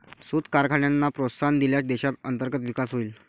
सूत कारखान्यांना प्रोत्साहन दिल्यास देशात अंतर्गत विकास होईल